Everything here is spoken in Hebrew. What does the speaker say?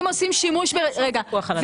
אין ויכוח על הדבר הזה,